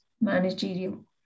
managerial